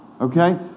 Okay